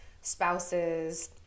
spouses